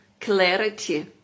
clarity